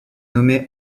nommée